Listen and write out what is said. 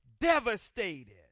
devastated